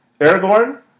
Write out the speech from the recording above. Aragorn